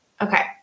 Okay